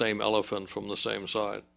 same elephant from the same side